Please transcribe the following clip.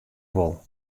wol